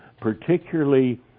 particularly